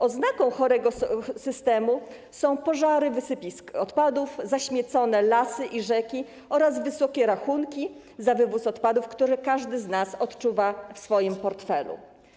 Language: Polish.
Oznaką chorego systemu są pożary wysypisk odpadów, zaśmiecone lasy i rzeki oraz wysokie rachunki za wywóz odpadów, co każdy z nas odczuwa w swoim portfelu.